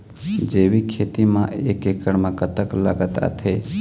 जैविक खेती म एक एकड़ म कतक लागत आथे?